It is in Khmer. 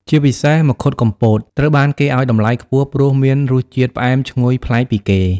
ជាពិសេស មង្ឃុតកំពត ត្រូវបានគេឲ្យតម្លៃខ្ពស់ព្រោះមានរសជាតិផ្អែមឈ្ងុយប្លែកពីគេ។